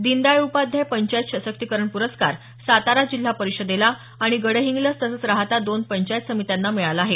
दीनदयाळ उपाध्याय पंचायत सशक्तीकरण पुरस्कार सातारा जिल्हा परिषदेला आणि गडहिंग्लज तसंच राहाता दोन पंचायत समित्यांना मिळाला आहे